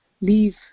leave